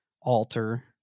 Alter